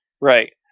Right